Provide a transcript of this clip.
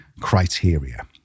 criteria